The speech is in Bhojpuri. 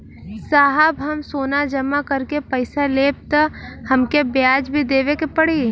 साहब हम सोना जमा करके पैसा लेब त हमके ब्याज भी देवे के पड़ी?